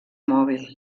mòbil